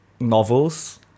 novels